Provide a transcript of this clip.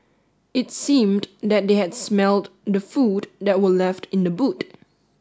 it seemed that they had smelt the food that were left in the boot